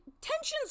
tensions